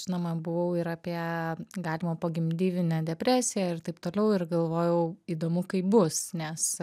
žinoma buvau ir apie galimą pogimdyvinę depresiją ir taip toliau ir galvojau įdomu kaip bus nes